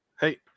Hey